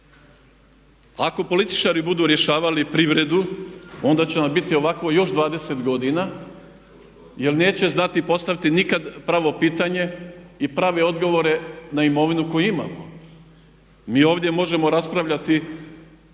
Ako političari budu rješavali privredu onda će nam biti ovako još 20 godina jer neće znati postaviti nikad pravo pitanje i prave odgovore na imovinu koju imamo. Mi ovdje možemo raspravljati